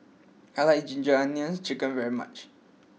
I like Ginger Onions Chicken very much